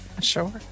Sure